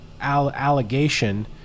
allegation